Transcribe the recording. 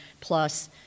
plus